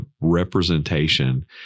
representation